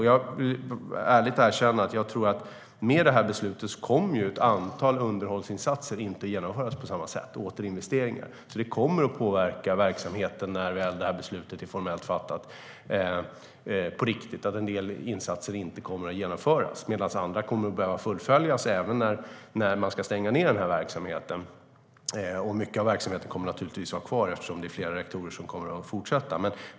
Jag ska ärligt säga att jag tror att med det här beslutet kommer ett antal underhållsinsatser inte att genomföras och inte heller återinvesteringar. Det kommer att påverka verksamheten när beslutet väl är formellt fattat. En del insatser kommer inte att genomföras medan andra kommer att behöva fullföljas även när verksamheten ska stängas ned. Mycket av verksamheten kommer naturligtvis att vara kvar eftersom flera reaktorer fortsätter att vara igång.